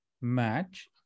match